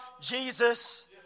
Jesus